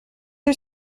are